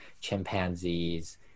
chimpanzees